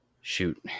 shoot